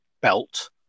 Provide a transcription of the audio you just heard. belt